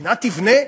המדינה תבנה?